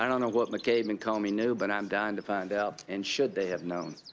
um know what mccabe and comey knew but i'm dying to find out and should they have known.